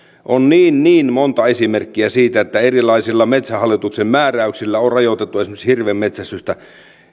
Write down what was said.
on niin niin monta esimerkkiä siitä että erilaisilla metsähallituksen määräyksillä on on rajoitettu esimerkiksi hirvenmetsästystä